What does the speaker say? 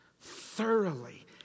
thoroughly